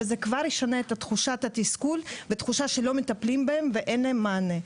וזה כבר ישנה את תחושת התסכול ואת התחושה שלא מטפלים בהם ואין להם מענה.